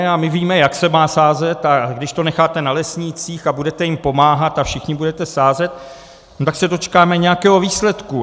A my víme, jak se má sázet, a když to necháte na lesnících a budete jim pomáhat a všichni budete sázet, no tak se dočkáme nějakého výsledku.